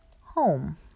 home